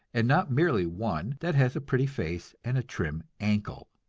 and not merely one that has a pretty face and a trim ankle.